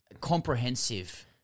Comprehensive